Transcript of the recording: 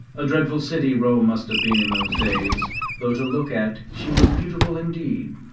a dreadful city rome must have been in those days, though to look at she was beautiful indeed.